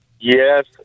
Yes